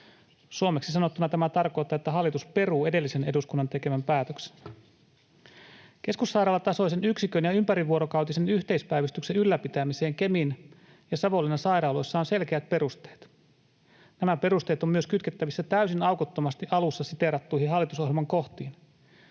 Suomeksi sanottuna tämä tarkoittaa, että hallitus peruu edellisen eduskunnan tekemän päätöksen. Keskussairaalatasoisen yksikön ja ympärivuorokautisen yhteispäivystyksen ylläpitämiseen Kemin ja Savonlinnan sairaaloissa on selkeät perusteet. Nämä perusteet ovat myös kytkettävissä täysin aukottomasti alussa siteerattuihin hallitusohjelman kohtiin: